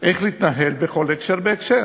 איך להתנהל בכל הקשר והקשר,